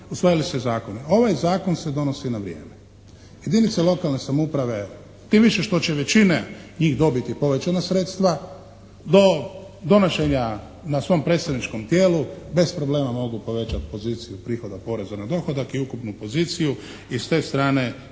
usvojili su se i zakoni. Ovaj Zakon se donosi na vrijeme. Jedinice lokalne samouprave, tim više što će većine njih dobiti povećana sredstva, do donošenja na svom predstavničkom tijelu bez problema mogu povećati poziciju prihoda poreza na dohodak i ukupnu poziciju i s te strane